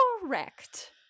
Correct